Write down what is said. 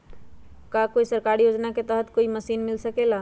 का कोई सरकारी योजना के तहत कोई मशीन मिल सकेला?